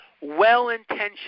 Well-intentioned